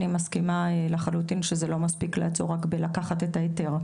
אני מסכימה לחלוטין שזה לא מספיק לעצור רק בלקחת את ההיתר,